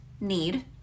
need